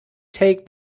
take